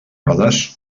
rodes